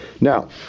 Now